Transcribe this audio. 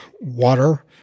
water